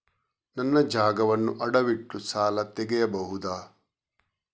ನನ್ನ ಜಾಗವನ್ನು ಅಡವಿಟ್ಟು ಸಾಲ ತೆಗೆಯಬಹುದ?